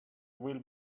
will